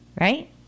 right